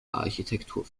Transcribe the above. architektur